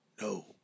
no